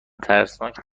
ترسناک